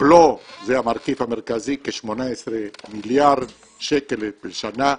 בלו זה המרכיב המרכזי, כ-18 מיליארד שקל בשנה,